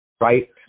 right